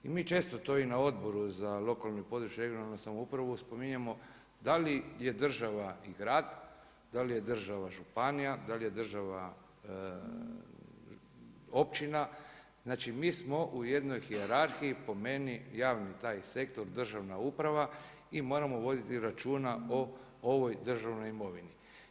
I mi često to i na Odboru za lokalnu i područnu (regionalnu) samoupravu spominjemo da li je država i grad, da li je država županija, da li je država općina, znači mi smo u jednoj hijerarhiji po meni javni taj sektor državna uprava i moramo voditi računa o ovoj državnoj imovini.